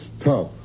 tough